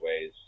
ways